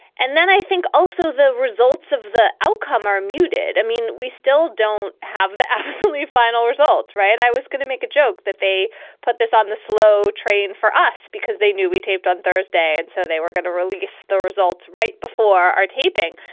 and then i think also the results of the outcome are muted. i mean, we still don't have the absolutely. final results. right. i was gonna make a joke that they put this on the slow train for us because they knew we taped on thursday. and so they were going to release the results right before our taping.